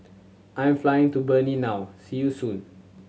I am flying to Benin now see you soon